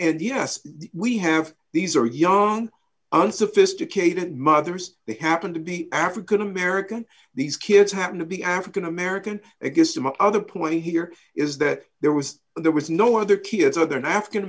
and yes we have these are young unsophisticated mothers they happen to be african american these kids happen to be african american it gives them other point here is that there was there was no other kids are there now african